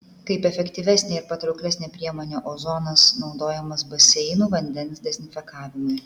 kaip efektyvesnė ir patrauklesnė priemonė ozonas naudojamas baseinų vandens dezinfekavimui